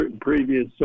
previous